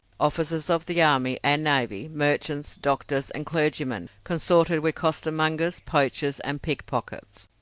officers of the army and navy, merchants, doctors, and clergymen consorted with costermongers, poachers, and pickpockets.